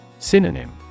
Synonym